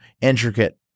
intricate